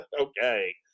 Okay